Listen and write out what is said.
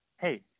hey